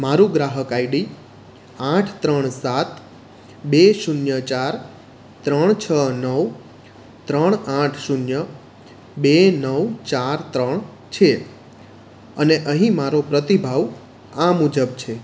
મારું ગ્રાહક આઇડી આઠ ત્રણ સાત બે શૂન્ય ચાર ત્રણ છ નવ ત્રણ આઠ શૂન્ય બે નવ ચાર ત્રણ અને અહીં મારો પ્રતિભાવ આ મુજબ છે